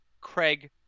Craig